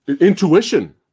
Intuition